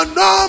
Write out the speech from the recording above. no